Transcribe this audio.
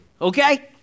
okay